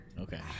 Okay